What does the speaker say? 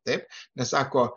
taip nesako